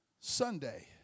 Sunday